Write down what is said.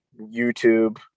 YouTube